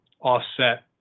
offset